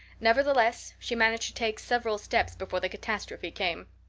nevertheless, she managed to take several steps before the catastrophe came.